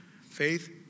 faith